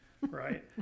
right